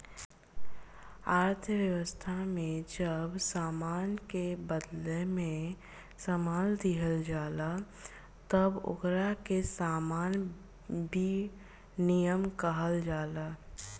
अर्थव्यवस्था में जब सामान के बादला में सामान दीहल जाला तब ओकरा के सामान विनिमय कहल जाला